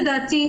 לדעתי,